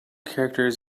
characters